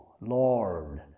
Lord